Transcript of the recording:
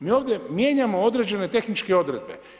Mi ovdje mijenjamo određene tehničke odredbe.